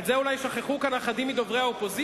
את זה אולי שכחו כאן אחדים מדוברי האופוזיציה.